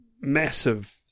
massive